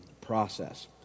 process